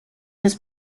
his